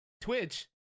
Twitch